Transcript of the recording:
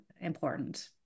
important